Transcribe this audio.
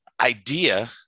idea